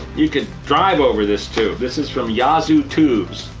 you could drive over this tube. this is from yazoo tubes.